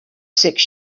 six